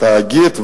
התאגיד.